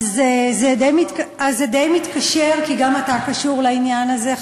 אז זה די מתקשר, כי גם אתה קשור לעניין הזה.